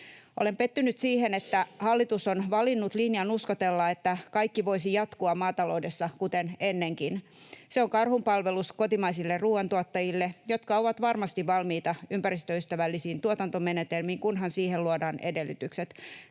Olen pettynyt siihen, että hallitus on valinnut linjan uskotella, että kaikki voisi jatkua maataloudessa kuten ennenkin. Se on karhunpalvelus kotimaisille ruuantuottajille, jotka ovat varmasti valmiita ympäristöystävällisiin tuotantomenetelmiin, kunhan siihen luodaan edellytykset.